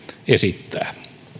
esittää